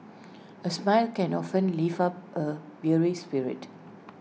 A smile can often lift up A weary spirit